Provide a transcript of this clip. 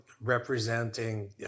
representing